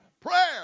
Prayer